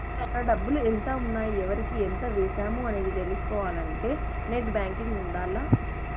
మన డబ్బులు ఎంత ఉన్నాయి ఎవరికి ఎంత వేశాము అనేది తెలుసుకోవాలంటే నెట్ బ్యేంకింగ్ ఉండాల్ల